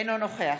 אינו נוכח